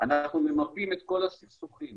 אנחנו ממפים את כל הסכסוכים